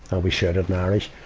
and we shouted irish.